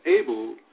able